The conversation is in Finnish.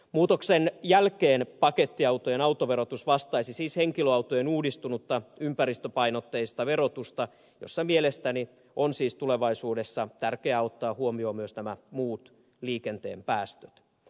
muutoksen jälkeen pakettiautojen autoverotus vastaisi siis henkilöautojen uudistunutta ympäristöpainotteista verotusta jossa mielestäni on siis tulevaisuudessa tärkeää ottaa huomioon myös nämä muut liikenteen päästöt